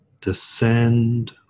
descend